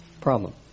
problem